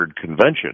convention